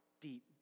deep